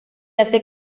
hace